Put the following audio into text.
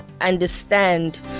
understand